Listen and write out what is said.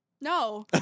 No